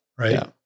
Right